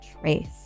Trace